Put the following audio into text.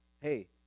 hey